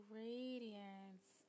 radiance